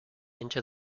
into